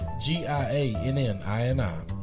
G-I-A-N-N-I-N-I